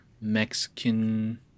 Mexican